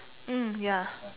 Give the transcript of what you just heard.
mm ya